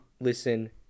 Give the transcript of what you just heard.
listen